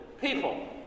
people